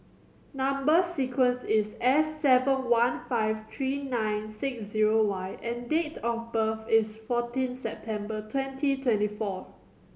number sequence is S seven one five three nine six zero Y and date of birth is fourteen September twenty twenty four